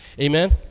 Amen